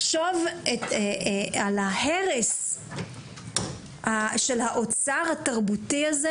לחשוב על ההרס של האוצר התרבותי הזה,